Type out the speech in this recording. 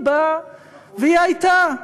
היא באה והיא הייתה.